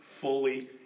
fully